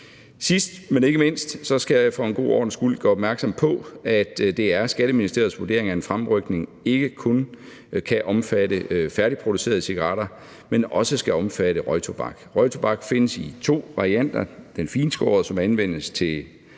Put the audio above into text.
Sidst, men ikke mindst, skal jeg for en god ordens skyld gøre opmærksom på, at det er Skatteministeriets vurdering, at en fremrykning ikke kun kan omfatte færdigproducerede cigaretter, men også skal omfatte røgtobak. Røgtobak findes i to varianter: den finskårede, som anvendes til